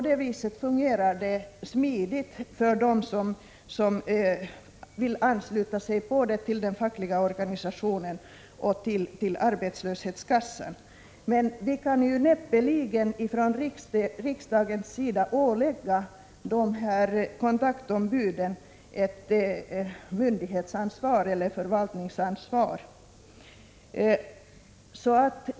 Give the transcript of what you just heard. Detta fungerar smidigt för dem som vill ansluta sig både till den fackliga organisationen och till arbetslöshetskassan. Riksdagen kan näppeligen ålägga kontaktombuden ett myndighetsansvar eller förvaltningsansvar.